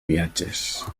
viatges